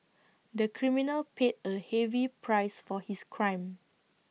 the criminal paid A heavy price for his crime